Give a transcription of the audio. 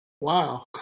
Wow